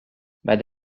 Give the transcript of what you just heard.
mme